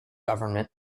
government